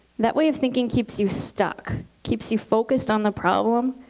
that way of thinking keeps you stuck, keeps you focused on the problem,